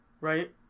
Right